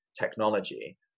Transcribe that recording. technology